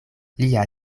lia